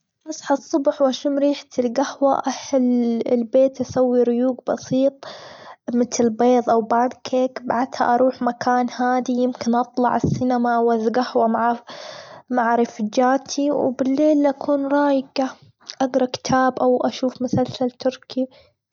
أصحى الصبح، وأشم ريحة الجهوة أحل البيت يسوي ريوج بسيط متل بيض، أو بان كيك بعدها أروح مكان هادي يمكن أطلع السينما، وذ جهوة مع- مع رفجاتي وبليل أكون ريجة أجرا كتاب، أو أشوف مسلسل تركي.